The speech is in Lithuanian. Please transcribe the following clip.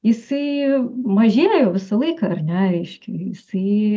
jisai mažėjo visą laiką ar ne reiškia jisai